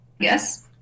Yes